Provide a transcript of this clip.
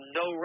no